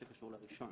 שקשור לראשון.